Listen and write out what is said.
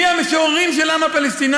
מי המשוררים של העם הפלסטיני?